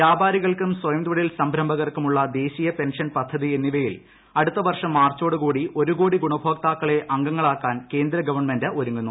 വ്യാപാരികൾക്കും സ്വയം തൊഴിൽ സംരംഭകർക്കുമുള്ള ദേശീയ പെൻഷൻ പദ്ധതി എന്നിവയിൽ അടുത്തവർഷം മാർച്ചോടു കൂടി ഒരു കോടി ഗുണഭോക്താക്കളെ അംഗങ്ങളാക്കാൻ കേന്ദ്ര ഗവൺമെന്റ് ഒരുങ്ങുന്നു